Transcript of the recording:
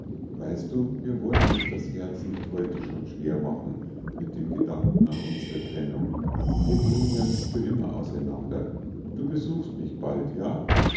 weißt du wir wollen uns das herz nicht heute schon schwer machen mit dem gedanken an unsre trennung wir gehen ja nicht für immer auseinander du besuchst mich bald ja